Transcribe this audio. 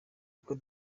ariko